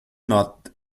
not